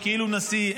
יש כאילו נשיא,